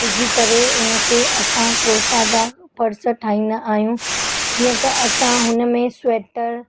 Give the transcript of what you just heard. विझी करे उनखे असां क्रोशा जा पर्स ठाहींदा आहियूं जीअं त असां हुनमें स्वैटर